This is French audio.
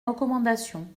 recommandations